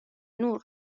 نور